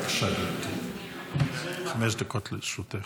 בבקשה, גברתי, חמש דקות לרשותך.